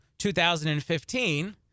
2015